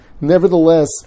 nevertheless